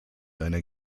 einer